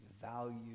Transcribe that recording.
value